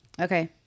Okay